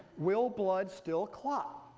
will blood still clot?